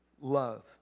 love